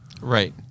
Right